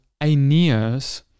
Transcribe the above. Aeneas